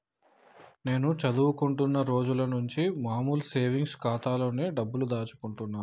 నేను చదువుకుంటున్న రోజులనుంచి మామూలు సేవింగ్స్ ఖాతాలోనే డబ్బుల్ని దాచుకుంటున్నా